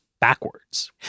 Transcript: backwards